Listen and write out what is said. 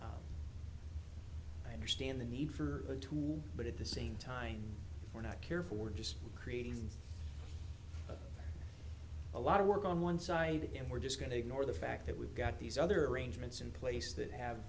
so i understand the need for a tool but at the same time we're not careful we're just creating a lot of work on one side and we're just going to ignore the fact that we've got these other arrangements in place that have